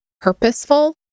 purposeful